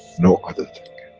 no other